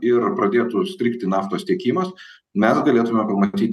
ir pradėtų strigti naftos tiekimas mes galėtume pamatyti